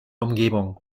umgebung